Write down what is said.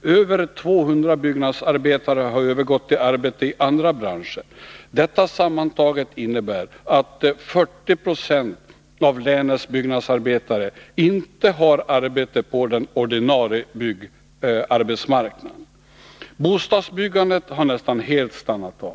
Över 200 byggnadsarbetare har övergått till arbete i andra branscher. Detta sammantaget innebär att 40 90 av länets byggnadsarbetare inte har arbete på den ordinarie byggarbetsmarknaden. Bostadsbyggandet har nästan helt stannat av.